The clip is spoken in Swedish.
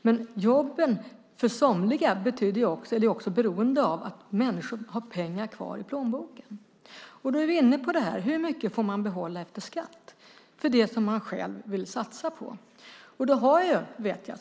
Men jobben för somliga är också beroende av att människor har pengar kvar i plånboken. Då är vi inne på hur mycket man får behålla efter skatt för det som man själv vill satsa på.